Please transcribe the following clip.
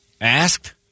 asked